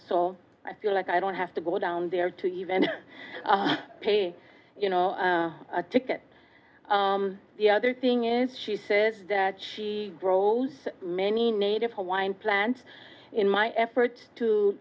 so i feel like i don't have to go down there to even pay you know a ticket the other thing is she says that she grows many native hawaiian plants in my efforts to